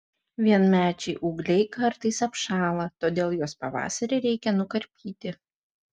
vienmečiai ūgliai kartais apšąla todėl juos pavasarį reikia nukarpyti